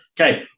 Okay